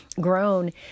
grown